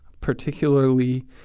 particularly